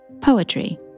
poetry